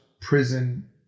prison